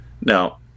Now